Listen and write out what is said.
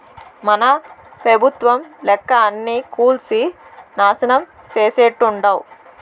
మన పెబుత్వం లెక్క అన్నీ కూల్సి నాశనం చేసేట్టుండావ్